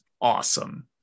awesome